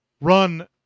Run